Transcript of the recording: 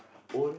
own